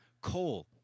Coal